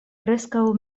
preskaŭ